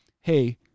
Hey